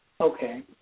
Okay